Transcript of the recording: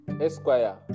esquire